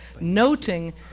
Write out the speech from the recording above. noting